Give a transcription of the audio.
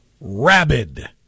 rabid